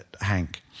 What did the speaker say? Hank